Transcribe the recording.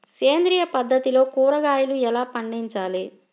సేంద్రియ పద్ధతిలో కూరగాయలు ఎలా పండించాలి?